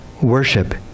worship